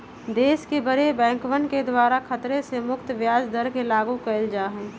देश के बडे बैंकवन के द्वारा खतरे से मुक्त ब्याज दर के लागू कइल जा हई